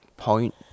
point